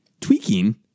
tweaking